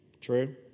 True